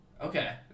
okay